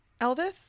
Eldith